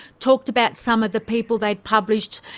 talked about some of the people they had published,